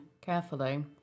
carefully